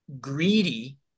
greedy